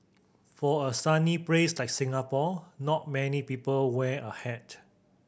for a sunny brace like Singapore not many people wear a hat